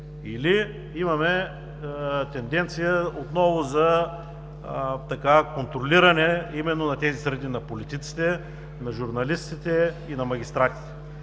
или имаме тенденция отново за контролиране именно на тези среди – на политиците, на журналистите и на магистратите.